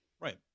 Right